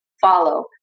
follow